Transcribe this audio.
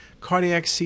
Cardiac